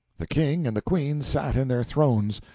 the king and the queen sat in their thrones,